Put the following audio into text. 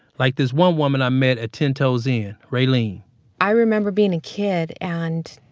like there's one woman i met at ten toes in, raylene i remember being a kid and